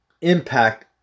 Impact